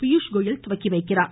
பியூஷ் கோயல் தொடங்கி வைக்கிறார்